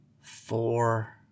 Four